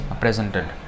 presented